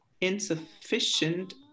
insufficient